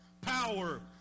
power